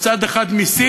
בצד אחד מסים,